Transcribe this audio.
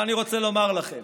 אבל אני רוצה לומר לכם: